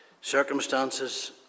circumstances